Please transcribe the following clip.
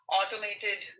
automated